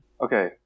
Okay